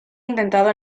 intentado